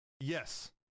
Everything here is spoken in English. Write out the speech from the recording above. Yes